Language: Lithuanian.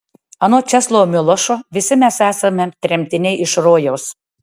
anot česlovo milošo visi mes esame tremtiniai iš rojaus